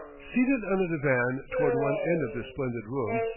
seated on a divan toward one end of this splendid room,